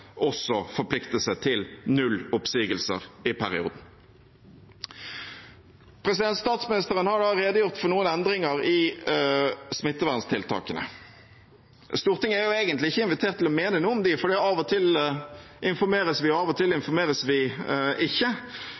også forplikte seg til null oppsigelser i perioden. Statsministeren har redegjort for noen endringer i smitteverntiltakene. Stortinget er jo egentlig ikke invitert til å mene noe om dem, for av og til informeres vi, og av og til informeres vi ikke.